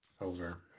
Over